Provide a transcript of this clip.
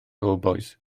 cowbois